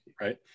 right